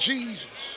Jesus